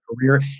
career